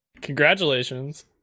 Congratulations